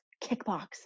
kickbox